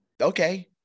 okay